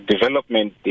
development